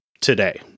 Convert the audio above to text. today